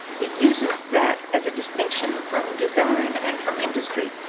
he uses that as a distinction from design and from industry,